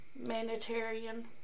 humanitarian